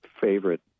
favorite